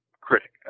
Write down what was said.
critic